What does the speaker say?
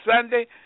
Sunday